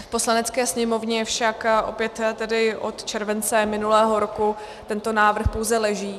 V Poslanecké sněmovně však opět od července minulého roku tento návrh pouze leží.